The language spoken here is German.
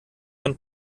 von